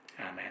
Amen